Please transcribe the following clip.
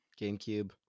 GameCube